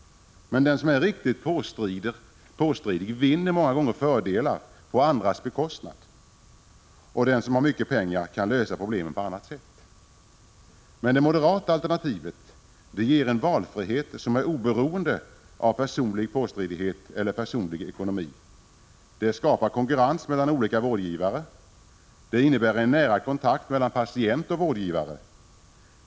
Men den som är riktigt påstridig vinner många gånger fördelar på andras bekostnad, och den som har mycket pengar kan lösa problemen på annat sätt. Det moderata alternativet ger en valfrihet som är oberoende av personlig påstridighet eller personlig ekonomi. Det skapar konkurrens mellan olika vårdgivare. Det innebär en nära kontakt mellan patient och vårdgivare.